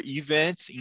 events